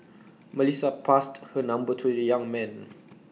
Melissa passed her number to the young man